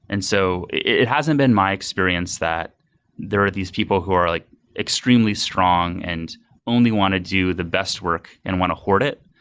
and so, it hasn't been my experience that there are these people who are like extremely strong and only want to do the best work and want to horde accord it.